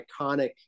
iconic